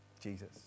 Jesus